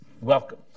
Welcome